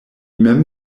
mem